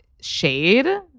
shade